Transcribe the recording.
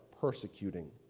persecuting